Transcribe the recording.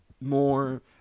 more